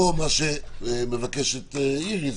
פה מה שמבקשת איריס,